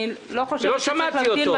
אני לא חושבת שצריך להמתין.